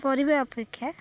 ପରିବା ଅପେକ୍ଷା